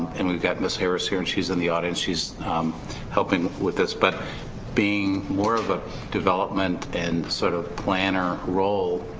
and we've got miss harris here and she's in the audience she's helping with this but being more of a development and sort of planner role